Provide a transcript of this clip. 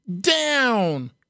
down